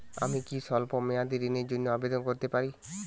আমি কি স্বল্প মেয়াদি ঋণের জন্যে আবেদন করতে পারি?